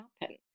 happen